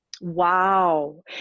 Wow